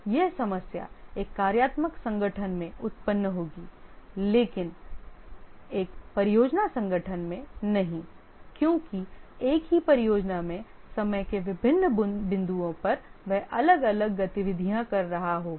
यह समस्या एक कार्यात्मक संगठन में उत्पन्न होगी लेकिन एक परियोजना संगठन में नहीं क्योंकि एक ही परियोजना में समय के विभिन्न बिंदुओं पर वह अलग अलग गतिविधियाँ कर रहा होगा